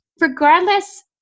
regardless